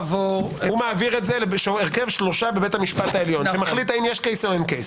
הוא מעביר את זה להרכב 3 בבית משפט העליון שמחליט אם יש קייס או לא.